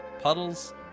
Puddles